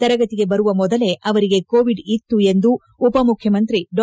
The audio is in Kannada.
ತರಗತಿಗೆ ಬರುವ ಮೊದಲೇ ಅವರಿಗೆ ಕೋವಿಡ್ ಇತ್ತು ಎಂದು ಉಪಮುಖ್ಯಮಂತ್ರಿ ಡಾ